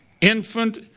infant